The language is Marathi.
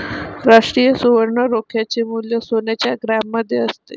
राष्ट्रीय सुवर्ण रोख्याचे मूल्य सोन्याच्या ग्रॅममध्ये असते